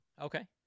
Okay